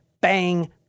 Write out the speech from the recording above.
bang